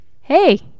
Hey